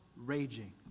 raging